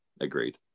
agreed